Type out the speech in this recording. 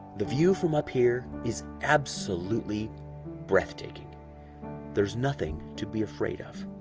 the view of whom up here is absolutely breathtaking there's nothing to be afraid of